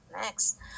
next